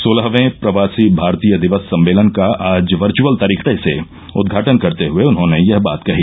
सोलहवें प्रवासी भारतीय दिवस सम्मेलन का आज वर्वअल तरीके से उदघाटन करते हए उन्होंने यह बात कही